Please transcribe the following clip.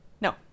No